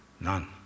None